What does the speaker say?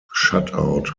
shutout